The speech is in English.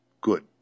Good